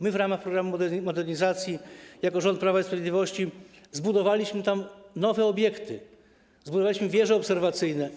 My w ramach programu modernizacji, jako rząd Prawa i Sprawiedliwości, zbudowaliśmy tam nowe obiekty, zbudowaliśmy wieże obserwacyjne.